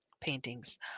paintings